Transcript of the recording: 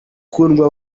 kundwa